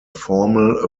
formal